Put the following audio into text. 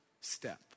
step